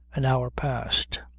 an hour passed.